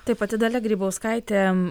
tai pati dalia grybauskaitė